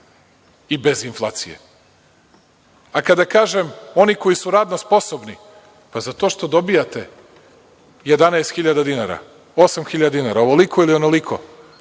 i bez inflacije. Kada kažem – oni koji su radno sposobnosti, pa za to što dobijate 11.000 dinara, 8.000 dinara, ovoliko ili onoliko,